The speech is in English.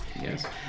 Yes